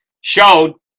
showed